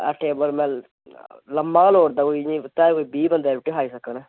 एह् टेबल लम्मा गै लोड़दा इ'यै बीह् बंदे रुट्टी खाई सकन